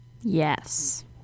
Yes